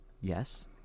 yes